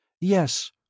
Yes